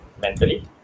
mentally